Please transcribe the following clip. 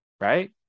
Right